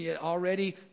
already